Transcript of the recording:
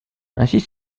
ainsi